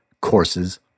Courses